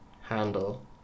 handle